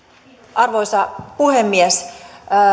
arvoisa puhemies